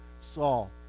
saul